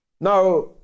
Now